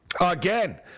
again